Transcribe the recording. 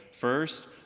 first